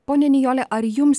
ponia nijole ar jums